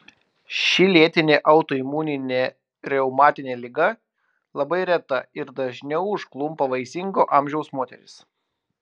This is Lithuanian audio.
ši lėtinė autoimuninė reumatinė liga labai reta ir dažniau užklumpa vaisingo amžiaus moteris